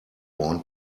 want